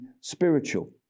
spiritual